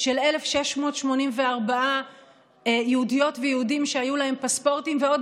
של 1,684 יהודיות ויהודים שהיו להם פספורטים ועוד